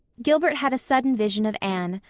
gilbert had a sudden vision of anne,